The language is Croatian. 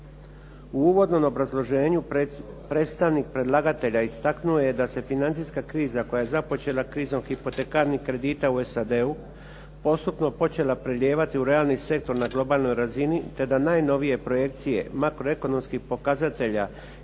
U uvodnom obrazloženju predstavnik predlagatelja istaknuo je da se financijska kriza koja je započela krizom hipotekarnih kredita u SAD-u, postupno počela prelijevati u realni sektor na globalnoj razini, te da najnovije projekcije makroekonomskih pokazatelja